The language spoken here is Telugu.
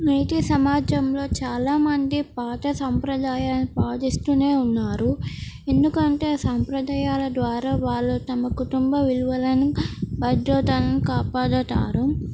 నేటి సమాజంలో చాలామంది పాత సంప్రదాయాలు పాటిస్తూనే ఉన్నారు ఎందుకంటే ఆ సాంప్రదాయాల ద్వారా వాళ్ళు తమ కుటుంబ విలువలను భద్రతను కాపాడుతారు